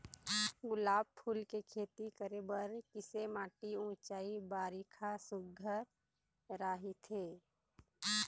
गुलाब फूल के खेती करे बर किसे माटी ऊंचाई बारिखा सुघ्घर राइथे?